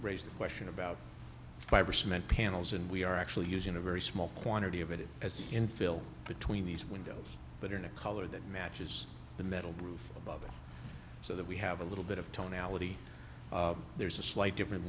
raised the question about fiber cement panels and we are actually using a very small quantity of it as you infill between these windows but in a color that matches the metal roof above it so that we have a little bit of tonality there's a slight different